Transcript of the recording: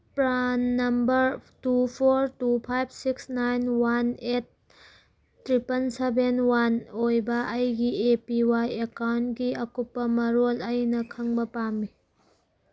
PRAN number two four two five six nine one eight ꯇ꯭ꯔꯤꯄꯟ seven one ꯑꯣꯏꯕ ꯑꯩꯒꯤ A P Y ꯑꯦꯀꯥꯎꯟꯒꯤ ꯑꯀꯨꯞꯄ ꯃꯔꯣꯜ ꯑꯩꯅ ꯈꯪꯕ ꯄꯥꯝꯃꯤ